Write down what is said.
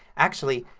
actually,